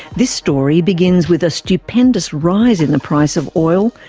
this story begins with a stupendous rise in the price of oil,